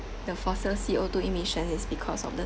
the fossil C_O two emissions is because of the